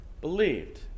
believed